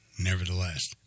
nevertheless